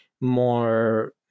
more